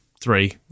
Three